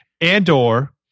Andor